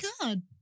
god